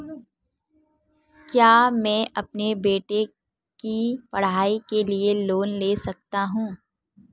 क्या मैं अपने बेटे की पढ़ाई के लिए लोंन ले सकता हूं?